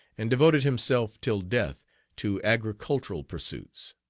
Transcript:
and devoted himself till death to agricultural pursuits.